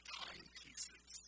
timepieces